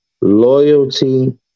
loyalty